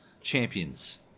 champions